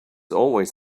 always